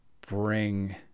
bring